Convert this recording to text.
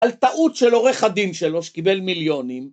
על טעות של עורך הדין שלו שקיבל מיליונים.